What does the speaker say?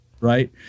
right